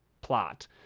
plot